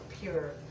pure